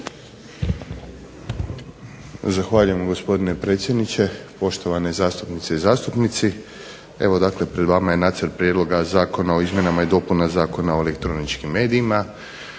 Zahvaljujem gospodine predsjedniče, poštovane zastupnice i zastupnici. Evo dakle pred vama je nacrt Prijedloga Zakona o izmjenama i dopunama Zakona o elektroničkim medijima,